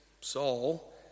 Saul